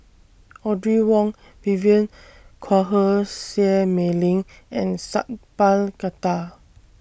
Audrey Wong Vivien Quahe Seah Mei Lin and Sat Pal Khattar